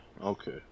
Okay